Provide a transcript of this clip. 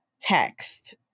text